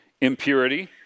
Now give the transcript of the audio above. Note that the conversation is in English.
impurity